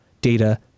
data